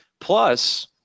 plus